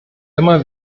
immer